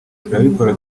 turabikora